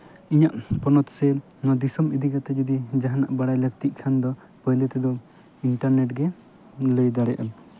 ᱤᱧᱟᱹᱜ ᱯᱚᱱᱚᱛ ᱥᱮ ᱫᱤᱥᱚᱢ ᱤᱫᱤ ᱠᱟᱛᱮᱫ ᱡᱩᱫᱤ ᱡᱟᱦᱟᱸᱱᱟᱜ ᱵᱟᱲᱟᱭ ᱞᱟᱹᱠᱛᱤᱜ ᱠᱷᱟᱱ ᱫᱚ ᱯᱳᱭᱞᱳ ᱛᱮᱫᱚ ᱤᱱᱴᱟᱨᱱᱮᱴ ᱜᱮ ᱞᱟᱹᱭ ᱫᱟᱲᱮᱭᱟᱜᱼᱟ